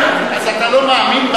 אז אתה לא מאמין,